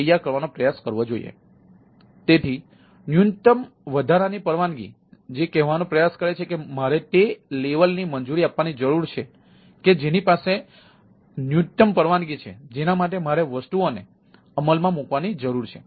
તેથી ન્યૂનતમ વધારાની પરવાનગી જે કહેવાનો પ્રયાસ કરે છે કે મારે તે સ્તરને મંજૂરી આપવાની જરૂર છે કે જેની પાસે ન્યૂનતમ પરવાનગી છે જેના માટે મારે વસ્તુઓ ને અમલમાં મૂકવાની જરૂર છે